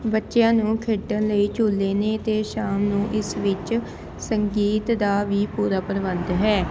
ਬੱਚਿਆਂ ਨੂੰ ਖੇਡਣ ਲਈ ਝੂਲੇ ਨੇ ਅਤੇ ਸ਼ਾਮ ਨੂੰ ਇਸ ਵਿੱਚ ਸੰਗੀਤ ਦਾ ਵੀ ਪੂਰਾ ਪ੍ਰਬੰਧ ਹੈ